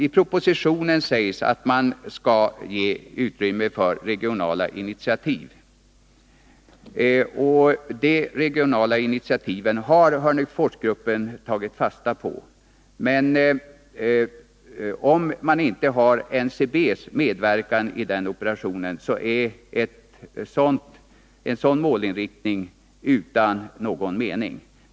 I propositionen sägs att man skall ge utrymme för regionala initiativ, och det har Hörneforsgruppen tagit fasta på. Men om NCB inte medverkar i den operationen är en sådan målinriktning meningslös.